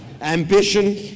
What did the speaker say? ambition